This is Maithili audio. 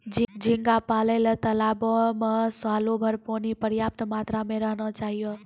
झींगा पालय ल तालाबो में सालोभर पानी पर्याप्त मात्रा में रहना चाहियो